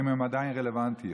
האם הם עדיין רלוונטיים?